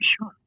sure